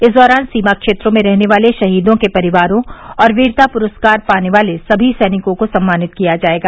इस दौरान सीमा क्षेत्रों में रहने वाले शहीदों के परिवारों और वीरता पुरस्कार पाने वाले सभी सैनिकों को सम्मानित किया जायेगा